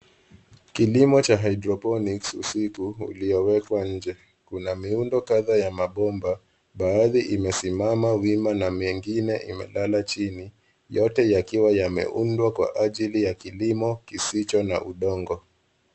Kilimo cha hydroponics usiku uliowekwa nje. Kuna miundo kadha ya mabomba baadhi imesimama wima na mengine imelala chini yote yakiwa yameundwa kwa ajili ya kilimo kisicho na udongo.